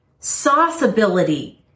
sauceability